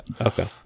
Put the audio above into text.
okay